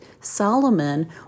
Solomon